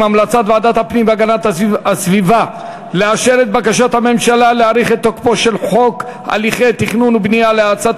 אודיעכם כי חבר הכנסת אחמד טיבי ביקש להסיר את שמו מהצעת חוק אורח חיים